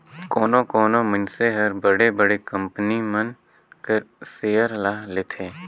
कोनो कोनो मइनसे हर बड़े बड़े कंपनी मन कर सेयर ल लेथे